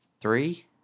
Three